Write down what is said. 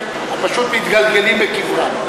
פשוט מתגלגלים בקברם.